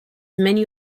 many